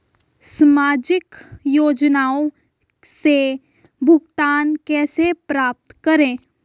सामाजिक योजनाओं से भुगतान कैसे प्राप्त करें?